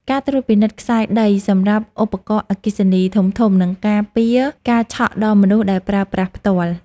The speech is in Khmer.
ការត្រួតពិនិត្យខ្សែដីសម្រាប់ឧបករណ៍អគ្គិសនីធំៗនឹងការពារការឆក់ដល់មនុស្សដែលប្រើប្រាស់ផ្ទាល់។